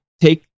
take